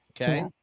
Okay